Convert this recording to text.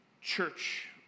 church